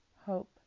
hope